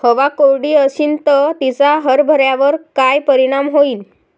हवा कोरडी अशीन त तिचा हरभऱ्यावर काय परिणाम होईन?